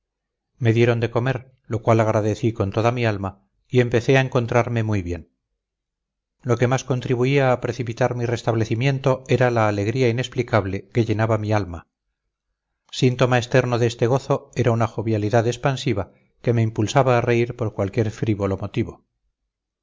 me dieron de comer lo cual agradecí con toda mi alma y empecé a encontrarme muy bien lo que más contribuía a precipitar mi restablecimiento era la alegría inexplicable que llenaba mi alma síntoma externo de este gozo era una jovialidad expansiva que me impulsaba a reír por cualquier frívolo motivo